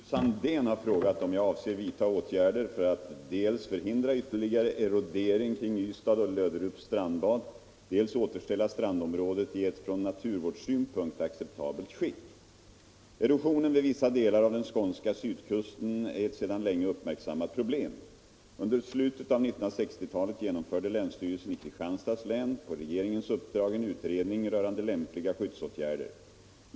Herr talman! Fru Sandéhn har frågat om jag avser vidta åtgärder för att dels förhindra ytterligare erodering kring Ystad och Löderups strandbad, dels återställa strandområdet i ett från naturvårdssynpunkt acceptabelt skick. Erosionen vid vissa delar av den skånska sydkusten är ett sedan länge uppmärksammat problem. Under slutet av 1960-talet genomförde länsstyrelsen i Kristianstads län på regeringens uppdrag en utredning rörande lämpliga skyddsåtgärder.